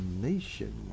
nation